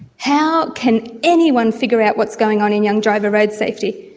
how can anyone figure out what's going on in young driver road safety?